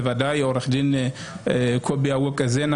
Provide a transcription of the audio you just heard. בוודאי עו"ד קובי אווקה זנה,